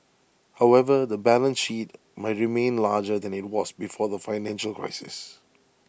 however the balance sheet might remain larger than IT was before the financial crisis